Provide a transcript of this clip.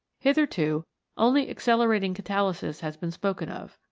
hitherto only accelerating catalysis has been spoken of.